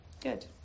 Good